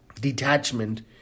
detachment